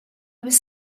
was